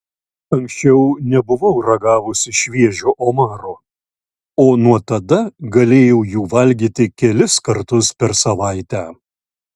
anksčiau nebuvau ragavusi šviežio omaro o nuo tada galėjau jų valgyti kelis kartus per savaitę